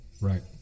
Right